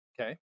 Okay